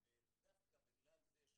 תודה רבה גברתי.